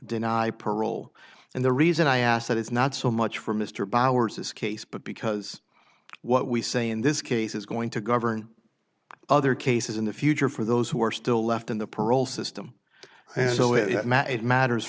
deny parole and the reason i ask that is not so much for mr bowers this case but because what we say in this case is going to govern other cases in the future for those who are still left in the parole system and so it matters